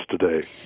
today